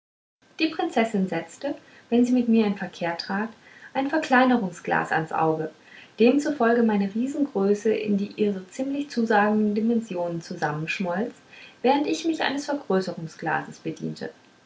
die prinzessin setzte wenn sie mit mir in verkehr trat ein verkleinerungsglas ans auge demzufolge meine riesengröße in die ihr so ziemlich zusagenden dimensionen zusammenschmolz während ich mich eines vergrößerungsglases bediente